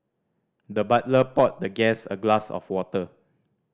the butler poured the guest a glass of water